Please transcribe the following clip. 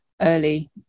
early